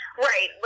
right